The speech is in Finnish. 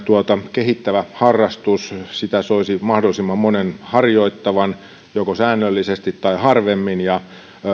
kehittävä harrastus sitä soisi mahdollisimman monen harjoittavan joko säännöllisesti tai harvemmin ja